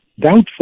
doubtful